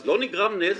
אז לא נגרם נזק?